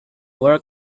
work